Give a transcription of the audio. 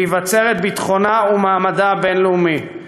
ויבצר את ביטחונה ואת מעמדה הבין-לאומי.